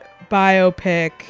biopic